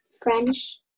French